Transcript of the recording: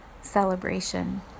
celebration